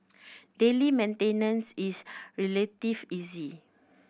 daily maintenance is relatively easy